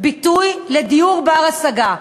ביטוי לדיור בר-השגה.